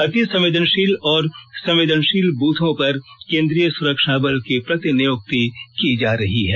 अतिसंवेदनशील और संवेदनशील ब्रथों पर केन्द्रीय सुरक्षाबल की प्रतिनियुक्ति की जा रही है